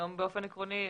היום באופן עקרוני,